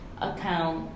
account